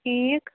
ٹھیٖک